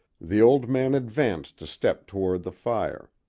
the old man advanced a step toward the fire,